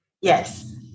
yes